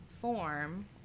form